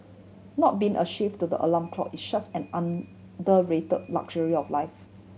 not being a slave to the alarm clock is such an underrate luxury of life